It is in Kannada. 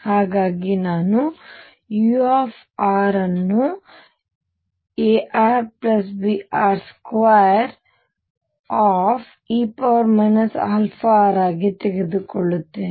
ಹಾಗಾಗಿ ನಾನು u ಅನ್ನು arbr2e αr ಆಗಿ ತೆಗೆದುಕೊಳ್ಳುತ್ತೇನೆ